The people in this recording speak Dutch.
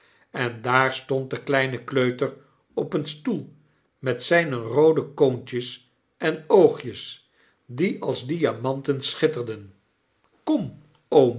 en daar stond de kleine kleuter op een stoel met zyne roode koontjes en oogjes die als diamanten schitterden